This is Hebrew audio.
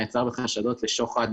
נעצר בחשדות לשוחד,